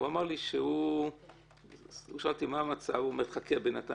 הוא שאל אותי מה המצב, הוא מחכה בינתיים.